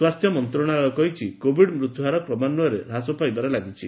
ସ୍ୱାସ୍ଥ୍ୟ ମନ୍ତ୍ରଣାଳୟ କହିଛି କୋବିଡ ମୃତ୍ୟୁହାର କ୍ରମାନ୍ୱୟରେ ହ୍ରାସ ପାଇବାରେ ଲାଗିଛି